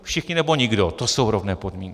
Všichni, nebo nikdo, to jsou rovné podmínky.